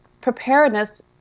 preparedness